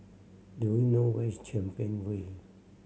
do you know where is Champion Way